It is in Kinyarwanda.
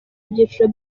ibyiciro